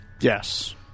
Yes